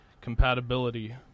compatibility